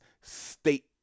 state